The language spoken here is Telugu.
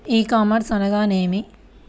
ఈ కామర్స్ అనగానేమి?